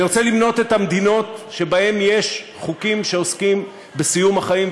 אני רוצה למנות את המדינות שבהן יש חוקים שעוסקים בסיום החיים,